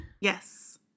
yes